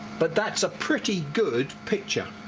but that's a pretty good picture.